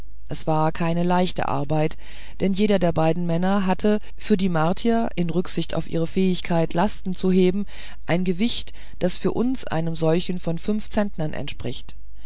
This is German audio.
es war keine leichte arbeit denn jeder der beiden männer hatte für die martier in rücksicht auf ihre fähigkeit lasten zu heben ein gewicht das für uns einem solchen von fünf zentnern entspricht